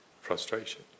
frustration